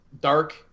dark